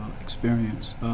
experience